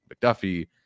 McDuffie